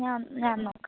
ഞാ ഞാൻ നോക്കാം